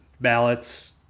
ballots